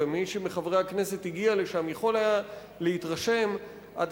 ומי מחברי הכנסת שהגיע לשם יכול היה להתרשם עד